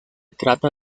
trata